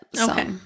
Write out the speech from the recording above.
Okay